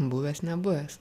buvęs nebuvęs